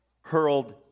hurled